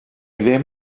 ddim